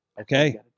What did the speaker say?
Okay